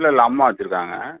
இல்லை இல்லை அம்மா வச்சுருக்குறாங்க